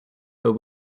but